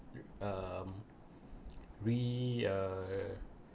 um we err